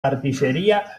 artillería